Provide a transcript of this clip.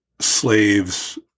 slaves